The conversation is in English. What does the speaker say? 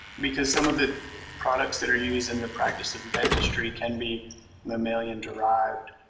because some of the products that are used in the practice of dentistry can be mammalian derived.